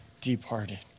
departed